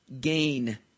gain